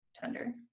tender